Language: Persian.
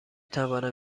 توانم